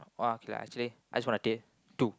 !wah! okay lah actually I just wanna tell two